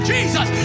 Jesus